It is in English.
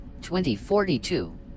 2042